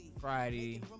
Friday